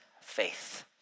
faith